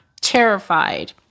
terrified